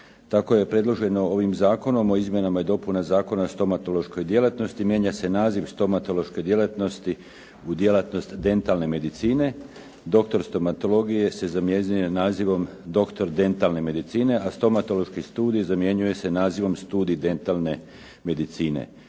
Tako je predloženo ovim Zakonom o izmjenama i dopunama Zakona o stomatološkoj djelatnosti mijenja se naziv stomatološke djelatnosti u djelatnost dentalne medicine, doktor stomatologije se zamjenjuje nazivom doktor dentalne medicine, a stomatološki studij zamjenjuje se nazivom Studij dentalne medicine.